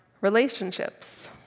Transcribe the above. relationships